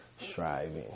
striving